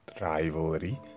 rivalry